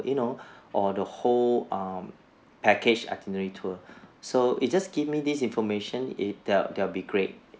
you know or the whole um package itinerary tour so you just give me this information it th~ that would be great